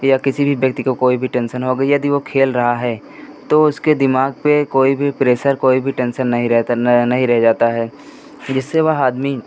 या किसी भी व्यक्ति को कोई भी टेंसन हो गई यदि वे खेल रहा है तो उसके दिमाग़ पर कोई भी प्रेसर कोई भी टेंसन नहीं रहता ना नहीं रह जाता है जिससे वह आदमी